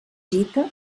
gita